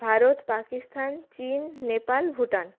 Bharat Pakistan Chin Nepal Bhutan